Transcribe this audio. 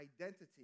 identity